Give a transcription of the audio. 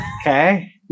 okay